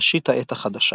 ראשית העת החדשה